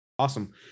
Awesome